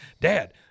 Dad